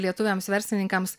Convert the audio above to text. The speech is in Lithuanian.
lietuviams verslininkams